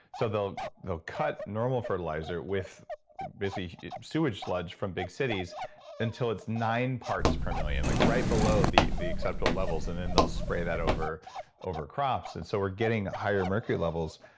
so they'll they'll cut normal fertilizer with basically sewage sludge from big cities until it's nine parts per million, like right below the the acceptable levels. and then they'll spray that over over crops. and so we're getting higher mercury levels.